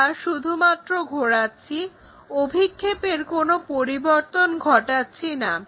আমরা শুধুমাত্র ঘোরাচ্ছি অভিক্ষেপের কোনো পরিবর্তন ঘটাচ্ছি না